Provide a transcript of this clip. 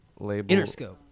Interscope